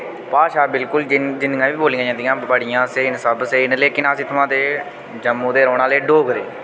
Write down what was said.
भाशा बिलकुल जिन्नियां बी बोलियां जंदियां बड़ियां स्हेई न सब स्हेई न लेकिन अस इत्थुआं दे जम्मू दे रौह्ने आह्ले डोगरे